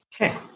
Okay